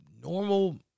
Normal